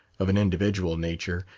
of an individual nature,